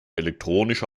elektronische